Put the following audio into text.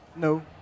No